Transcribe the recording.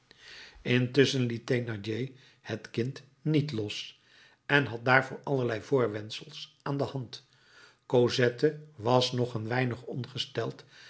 intusschen liet thénardier het kind niet los en had daarvoor allerlei voorwendsels aan de hand cosette was nog een weinig ongesteld